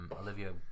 Olivia